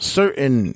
certain